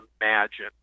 imagine